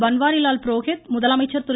பன்வாரிலால் புரோஹித் முதலமைச்சர் திரு